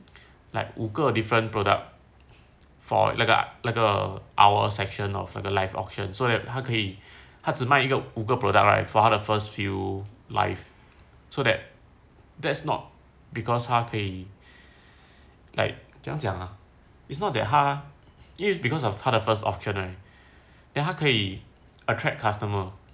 like 五个 different product for 那个那个 owl section of 那个 live auction so that 他可以他只卖一个五个 product right for 他的 first few live so that that's not because 他可以 like 怎样讲啊 it's not that 他 because of 他的 first auction right then 他可以 attract customer